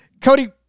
Cody